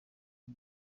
y’u